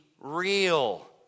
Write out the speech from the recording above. real